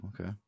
Okay